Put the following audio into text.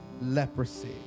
leprosy